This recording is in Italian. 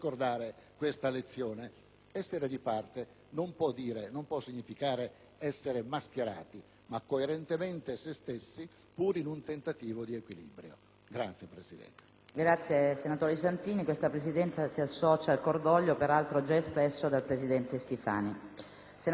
essere di parte non può significare essere mascherati, ma coerentemente se stessi, pur in un tentativo di equilibrio. *(Applausi dei